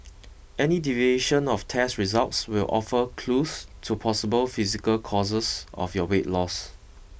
any deviation of test results will offer clues to possible physical causes of your weight loss